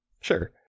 Sure